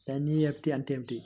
NEFT అంటే ఏమిటీ?